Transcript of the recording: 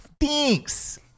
Thanks